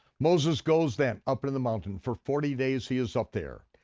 moses goes then up into the mountain. for forty days he is up there.